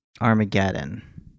Armageddon